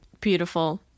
Beautiful